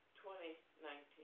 2019